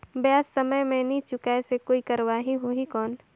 ब्याज समय मे नी चुकाय से कोई कार्रवाही होही कौन?